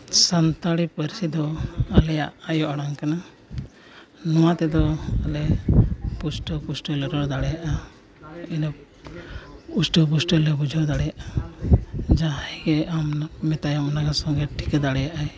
ᱥᱟᱱᱛᱟᱲᱤ ᱯᱟᱹᱨᱥᱤ ᱫᱚ ᱟᱞᱮᱭᱟᱜ ᱟᱭᱳ ᱟᱲᱟᱝ ᱠᱟᱱᱟ ᱱᱚᱣᱟ ᱛᱮᱫᱚ ᱟᱞᱮ ᱯᱩᱥᱴᱟᱹᱣ ᱯᱩᱥᱴᱟᱹᱣᱞᱮ ᱨᱚᱲ ᱫᱟᱲᱮᱭᱟᱜᱼᱟ ᱤᱱᱟᱹ ᱯᱩᱥᱴᱟᱹᱣ ᱯᱩᱥᱴᱟᱹᱣᱞᱮ ᱵᱩᱡᱷᱟᱹᱣ ᱫᱟᱲᱮᱭᱟᱜᱼᱟ ᱡᱟᱦᱟᱸᱭ ᱜᱮ ᱟᱢ ᱢᱮᱛᱟᱭᱟ ᱩᱱᱤᱦᱚᱸ ᱥᱚᱸᱜᱮ ᱴᱷᱤᱠᱟᱹ ᱫᱟᱲᱮᱭᱟᱜᱼᱟᱭ